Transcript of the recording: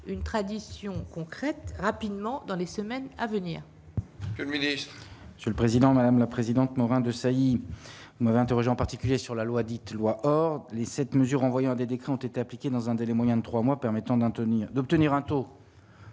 une tradition concrètes rapidement dans les semaines à venir. Le ministre. C'est le président, madame la présidente Morin-Desailly mauvais interrogé en particulier sur la loi dite loi, or les cette mesure voyant des décrets ont été appliquées dans un délai moyen de 3 mois permettant d'un tenir d'obtenir